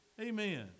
Amen